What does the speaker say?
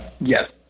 yes